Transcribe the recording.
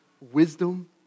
wisdom